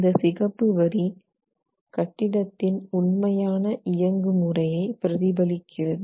இந்த சிகப்பு வரி கட்டிடத்தின் உண்மையான இயங்கு முறையை பிரதிபலிக்கிறது